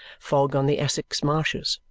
fog on the essex marshes,